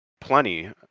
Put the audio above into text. plenty